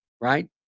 right